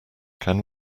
can